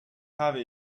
habe